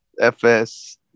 FS